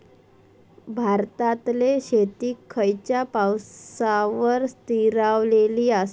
भारतातले शेती खयच्या पावसावर स्थिरावलेली आसा?